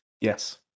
Yes